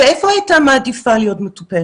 ואיפה היא הייתה מעדיפה להיות מטופלת,